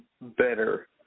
better